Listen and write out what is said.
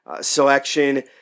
selection